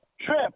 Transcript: trip